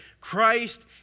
Christ